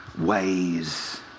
ways